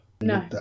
No